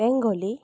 Bengali